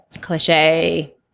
cliche